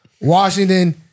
Washington